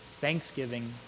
Thanksgiving